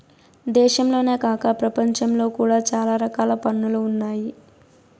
దేశంలోనే కాక ప్రపంచంలో కూడా చాలా రకాల పన్నులు ఉన్నాయి